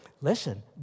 listen